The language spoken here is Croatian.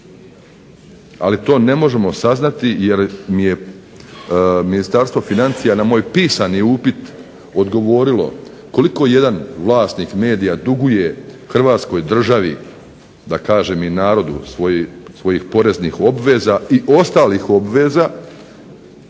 ali to ne možemo saznati jer mi je Ministarstvo financija na moj pisani upit odgovorilo koliko jedan vlasnik medija duguje Hrvatskoj državi, da kažem i narodu, svojih poreznih obveza i ostalih obveza